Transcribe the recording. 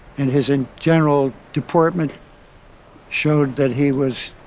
and his and general deportment showed that he was